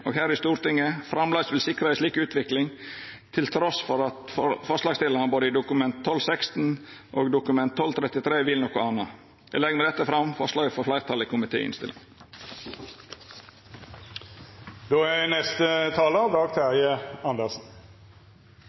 og her i Stortinget framleis vil sikra ei slik utvikling, trass i at forslagsstillarane i både Dokument 12:16 for 2015–2016 og Dokument 12:33 for 2015–2016 vil noko anna. Eg tilrår med dette